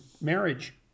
marriage